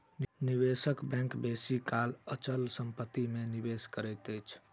निवेशक बैंक बेसी काल अचल संपत्ति में निवेश करैत अछि